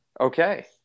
Okay